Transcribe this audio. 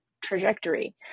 trajectory